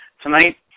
Tonight